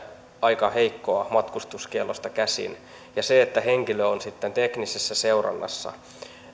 aika heikkoa matkustuskiellosta käsin ja kyllä siinä että henkilö on sitten teknisessä seurannassa